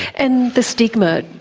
and the stigma,